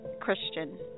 Christian